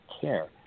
care